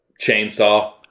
chainsaw